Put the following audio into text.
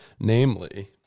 Namely